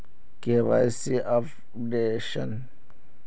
KYC updation?